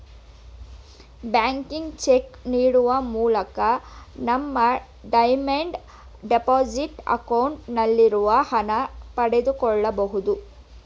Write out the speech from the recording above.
ಬ್ಯಾಂಕಿಗೆ ಚೆಕ್ ನೀಡುವ ಮೂಲಕ ನಮ್ಮ ಡಿಮ್ಯಾಂಡ್ ಡೆಪೋಸಿಟ್ ಅಕೌಂಟ್ ನಲ್ಲಿರುವ ಹಣ ಪಡೆದುಕೊಳ್ಳಬಹುದು